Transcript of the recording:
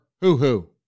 hoo-hoo